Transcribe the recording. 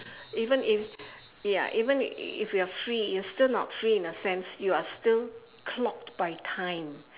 even if ya even if you are free you still not free in a sense you are still clocked by time